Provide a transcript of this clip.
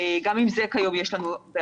גם עם זה כיום יש לנו בעיות.